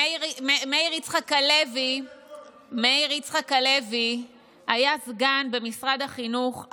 מאיר יצחק הלוי היה סגן במשרד החינוך,